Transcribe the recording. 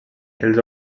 els